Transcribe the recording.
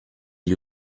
gli